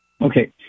Okay